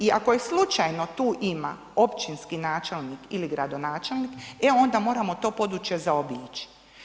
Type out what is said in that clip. I ako je slučajno tu ima općinski načelnik ili gradonačelnik e onda moramo to područje zaobići.